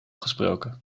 gesproken